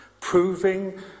proving